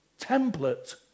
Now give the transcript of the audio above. template